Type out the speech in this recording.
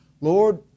Lord